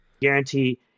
Guarantee